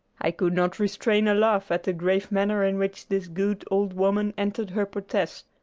i could not restrain a laugh at the grave manner in which this good old woman entered her protest.